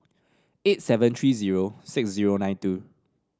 eight seven three zero six zero nine two